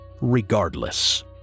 regardless